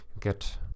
get